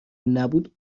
نبود